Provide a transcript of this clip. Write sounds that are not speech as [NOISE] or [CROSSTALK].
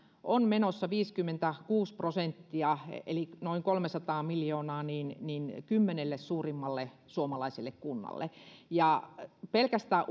on menossa viisikymmentäkuusi prosenttia eli noin kolmesataa miljoonaa kymmenelle suurimmalle suomalaiselle kunnalle ja pelkästään [UNINTELLIGIBLE]